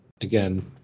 again